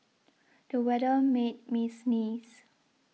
the weather made me sneeze